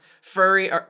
furry